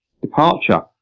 departure